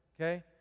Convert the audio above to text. Okay